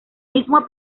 mismo